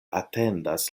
atendas